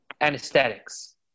Anesthetics